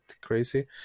crazy